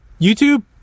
YouTube